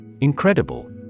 Incredible